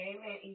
Amen